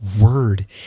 word